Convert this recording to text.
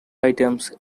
items